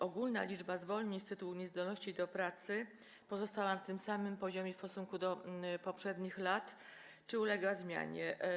Czy ogólna liczba zwolnień z tytułu niezdolności do pracy pozostała na tym samym poziomie w stosunku do poprzednich lat, czy uległa zmianie?